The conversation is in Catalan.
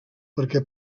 perquè